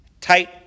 tight